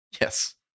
Yes